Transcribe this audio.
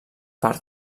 per